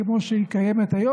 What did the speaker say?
כמו שהיא היום,